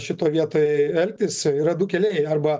šitoj vietoj elgtis yra du keliai arba